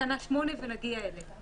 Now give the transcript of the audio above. - תקנה 8ג. נגיע אליה,